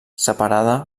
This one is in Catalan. separada